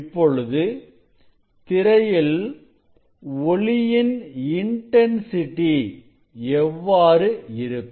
இப்பொழுது திரையில் ஒளியின் இன்டன்சிட்டி எவ்வாறு இருக்கும்